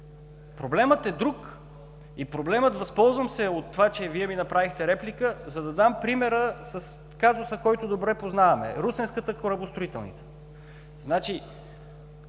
Проблемът е друг и се възползвам от това, че Вие ми направихте реплика, за да дам примера с казуса, който добре познаваме – Русенската корабостроителница.